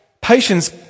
patience